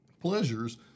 pleasures